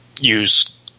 use